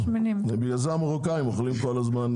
נכון, בגלל זה המרוקאים אוכלים כל הזמן